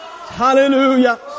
Hallelujah